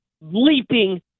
Leaping